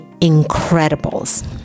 Incredibles